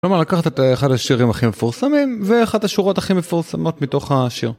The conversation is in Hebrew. כלומר לקחת את אחד השירים הכי מפורסמים ואחד השורות הכי מפורסמות מתוך השיר